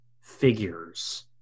figures